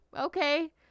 okay